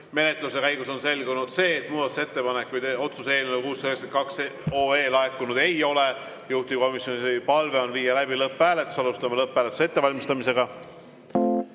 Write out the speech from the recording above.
menetluse käigus on selgunud, et muudatusettepanekuid otsuse eelnõu 692 kohta laekunud ei ole. Juhtivkomisjoni palve on viia läbi lõpphääletus. Alustame lõpphääletuse ettevalmistamist.